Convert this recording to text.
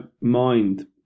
mind